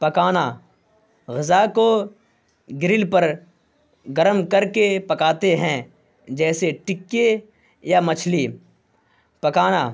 پکانا غذا کو گرل پر گرم کر کے پکاتے ہیں جیسے تکے یا مچھلی پکانا